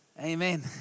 Amen